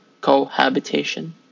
cohabitation